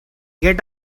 get